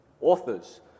authors